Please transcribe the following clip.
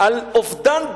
על אובדן דרך.